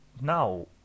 now